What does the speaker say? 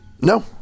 No